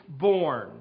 born